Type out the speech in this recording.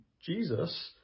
Jesus